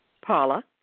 Paula